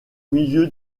milieu